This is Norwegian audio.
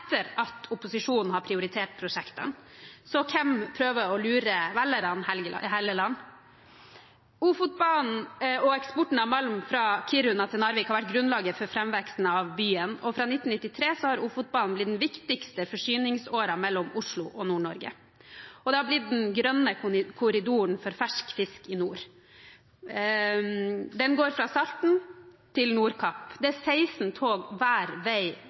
etter at opposisjonen har prioritert prosjektene. Så hvem prøver å lure velgerne, Helleland? Ofotbanen og eksporten av malm fra Kiruna til Narvik har vært grunnlaget for framveksten av byen. Fra 1993 har Ofotbanen vært den viktigste forsyningsåren mellom Oslo og Nord-Norge og har blitt den grønne korridoren for fersk fisk i nord. Den går fra Salten til Nordkapp – det er 16 tog hver vei